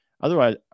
Otherwise